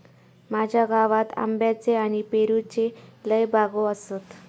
माझ्या गावात आंब्याच्ये आणि पेरूच्ये लय बागो आसत